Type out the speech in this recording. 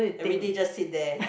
everyday just sit there